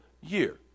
year